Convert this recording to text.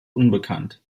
unbekannt